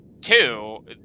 two